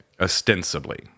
Ostensibly